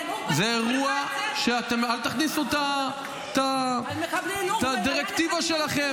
אל תכניסו את הדירקטיבה שלכם.